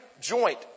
joint